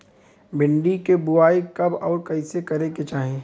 भिंडी क बुआई कब अउर कइसे करे के चाही?